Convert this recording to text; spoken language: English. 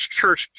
church